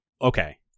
Okay